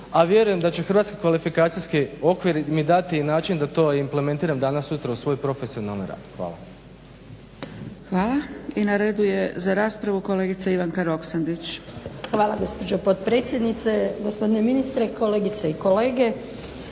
a vjerujem da će hrvatski kvalifikacijski okvir mi dati način da to implementiram danas-sutra u svoj profesionalni rad. Hvala. **Zgrebec, Dragica (SDP)** Hvala. I na redu je za raspravu kolegica Ivanka Roksandić. **Roksandić, Ivanka (HDZ)** Hvala, gospođo potpredsjednice. Gospodine ministre, kolegice i kolege.